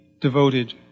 devoted